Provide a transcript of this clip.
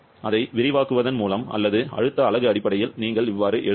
அதை விரிவாக்குவதன் மூலம் அல்லது அழுத்த அலகு அடிப்படையில் நீங்கள் எழுதலாம்